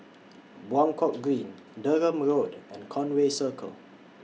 Buangkok Green Durham Road and Conway Circle